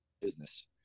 business